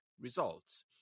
results